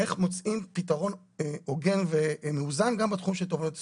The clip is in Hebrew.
איך מוצאים פתרון הוגן ומאוזן גם בתחום של תובענות ייצוגיות.